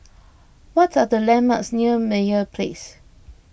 what are the landmarks near Meyer Place